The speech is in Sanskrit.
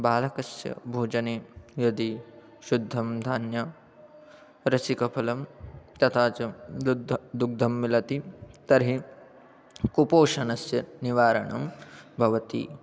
बालकस्य भोजने यदि शुद्धं धान्यं रसिकफलं तथा च दुग्धं दुग्धं मिलति तर्हि कुपोषणस्य निवारणं भवति